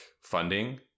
funding